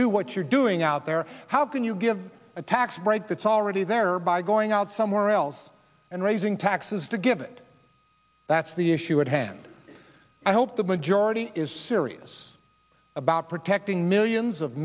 do what you're doing out there how can you give a tax break that's already there or by going out somewhere else and raising taxes to give it that's the issue at hand i hope the majority is serious about protecting millions of